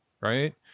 right